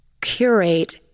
curate